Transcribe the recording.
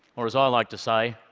or, as ah i like to say,